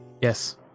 Yes